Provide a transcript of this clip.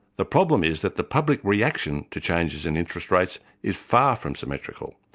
the problem is that the public reaction to changes in interest rates is far from symmetrical.